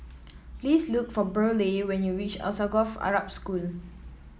please look for Burleigh when you reach Alsagoff Arab School